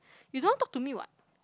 you don't want talk to me [what]